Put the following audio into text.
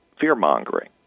fear-mongering